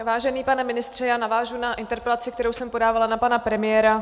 Vážený pane ministře, já navážu na interpelaci, kterou jsem podávala na pana premiéra.